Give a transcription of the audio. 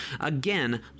again